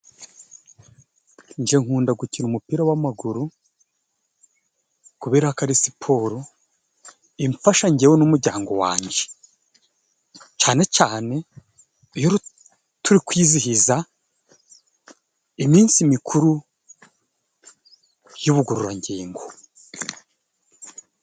Njye nkunda gukina umupira w'amaguru, kubera ko ari siporo imfasha njyewe n'umuryango wanjye, cyane cyane iyo turi kwizihiza iminsi mikuru y'ubugororangingo.